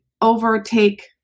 overtake